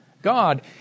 God